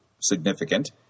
significant